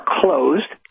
closed